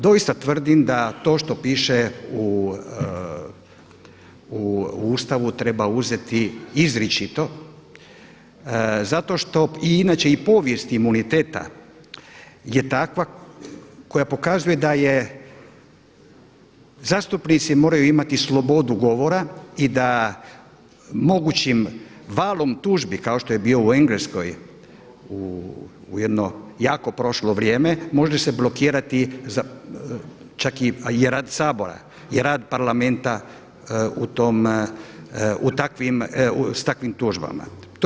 Doista tvrdim da to što piše u Ustavu treba uzeti izričito zato što i inače i povijest imuniteta je takva koja pokazuje da zastupnici moraju imati slobodu govora i da mogućim valom tužbi kao što je bio u Engleskoj u jedno jako prošlo vrijeme može se blokirati čak i rad Sabora i rad parlamenta sa takvim tužbama.